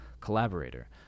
Collaborator